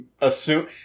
assume